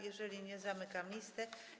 Jeżeli nie, zamykam listę.